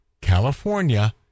California